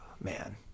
man